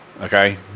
okay